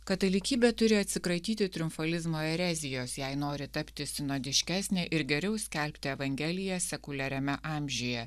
katalikybė turi atsikratyti triumfalizmo erezijos jei nori tapti sinodiškesnė ir geriau skelbti evangeliją sekuliariame amžiuje